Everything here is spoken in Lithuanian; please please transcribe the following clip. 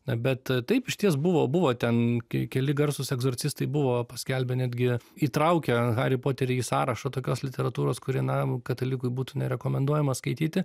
na bet taip išties buvo buvo ten keli garsūs egzorcistai buvo paskelbę netgi įtraukę harį poterį į sąrašą tokios literatūros kuri na katalikui būtų nerekomenduojama skaityti